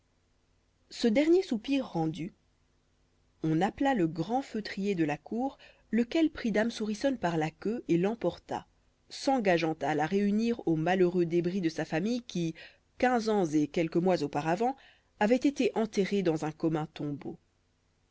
ce dernier soupir rendu on appela le grand feutrier de la cour lequel prit dame souriçonne par la queue et l'emporta s'engageant à la réunir aux malheureux débris de sa famille qui quinze ans et quelques mois auparavant avaient été enterrés dans un commun tombeau